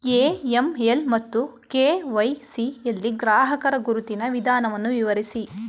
AML ಮತ್ತು KYC ಯಲ್ಲಿ ಗ್ರಾಹಕರ ಗುರುತಿನ ವಿಧಾನವನ್ನು ವಿವರಿಸಿ?